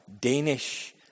Danish